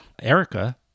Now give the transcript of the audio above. Erica